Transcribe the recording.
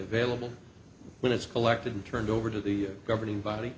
available when it's collected and turned over to the governing body